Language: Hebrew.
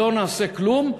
לא נעשה כלום,